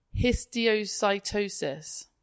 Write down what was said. histiocytosis